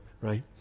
right